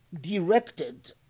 directed